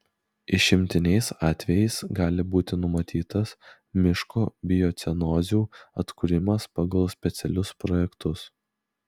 išimtiniais atvejais gali būti numatytas miško biocenozių atkūrimas pagal specialius projektus